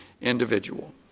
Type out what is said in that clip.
individual